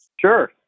Sure